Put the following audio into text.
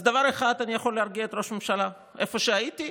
אז בדבר אחד אני יכול להרגיע את ראש הממשלה: איפה שהייתי,